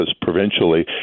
provincially